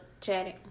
chatting